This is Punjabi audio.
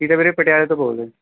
ਅਸੀਂ ਤਾਂ ਵੀਰੇ ਪਟਿਆਲੇ ਤੋਂ ਬੋਲਦੇ